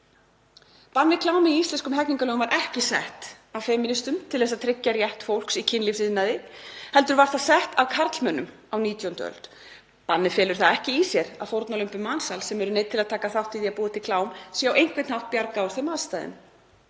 Bann við klámi í íslenskum hegningarlögum var ekki sett af femínistum til að tryggja rétt fólks í kynlífsiðnaði heldur var það sett af karlmönnum á 19. öld. Bannið felur ekki í sér að fórnarlömbum mansals, sem eru neydd til að taka þátt í því að búa til klám, sé á einhvern hátt bjargað úr þeim aðstæðum.